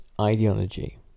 ideology